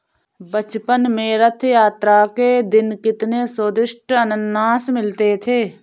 बचपन में रथ यात्रा के दिन कितने स्वदिष्ट अनन्नास मिलते थे